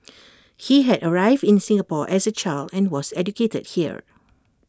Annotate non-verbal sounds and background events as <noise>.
<noise> he had arrived in Singapore as A child and was educated here